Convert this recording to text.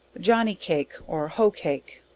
johny cake, or hoe cake.